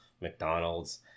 McDonald's